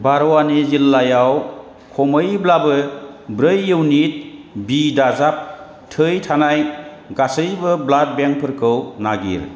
बार'वानि जिल्लायाव खमैब्लाबो ब्रै इउनिट बि दाजाब थै थानाय गासिबो ब्लाड बेंकफोरखौ नागिर